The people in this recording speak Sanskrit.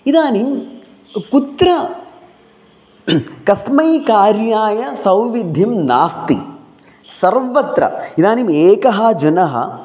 इदानीं कुत्र कस्मै कार्याय सौविद्धिं नास्ति सर्वत्र इदानीम् एकः जनः